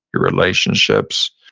your relationships,